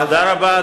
בתום ההצבעה.